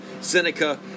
Seneca